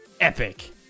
epic